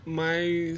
mas